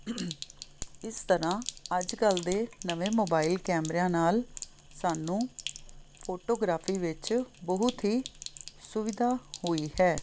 ਇਸ ਤਰ੍ਹਾਂ ਅੱਜ ਕੱਲ੍ਹ ਦੇ ਨਵੇਂ ਮੋਬਾਈਲ ਕੈਮਰਿਆਂ ਨਾਲ ਸਾਨੂੰ ਫੋਟੋਗ੍ਰਾਫੀ ਵਿੱਚ ਬਹੁਤ ਹੀ ਸੁਵਿਧਾ ਹੋਈ ਹੈ